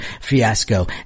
fiasco